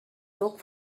took